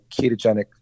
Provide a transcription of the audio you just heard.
ketogenic